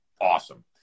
awesome